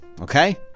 okay